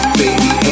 baby